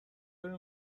برین